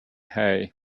hay